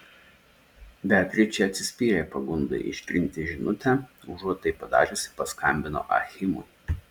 beatričė atsispyrė pagundai ištrinti žinutę užuot tai padariusi paskambino achimui